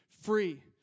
free